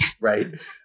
right